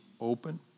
open